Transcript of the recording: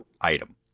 item